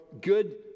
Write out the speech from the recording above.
Good